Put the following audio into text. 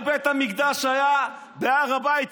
בית המקדש היה בהר הבית.